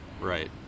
Right